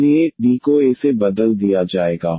इसलिए D को A से बदल दिया जाएगा